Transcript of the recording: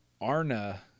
Arna